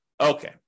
Okay